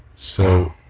so,